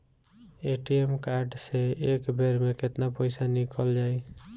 ATM card से एक बेर मे केतना पईसा निकल जाई?